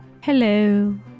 hello